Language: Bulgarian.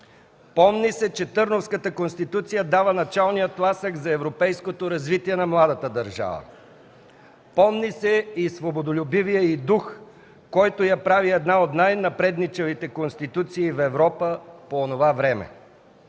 Помни се, че Търновската конституция дава началния тласък за европейското развитие на младата държава. Помни се и свободолюбивият й дух, който я прави една от най-напредничавите конституции в Европа по онова време.